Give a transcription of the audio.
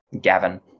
gavin